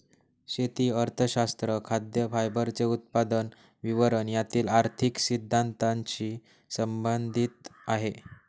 शेती अर्थशास्त्र खाद्य, फायबरचे उत्पादन, वितरण यातील आर्थिक सिद्धांतानशी संबंधित आहे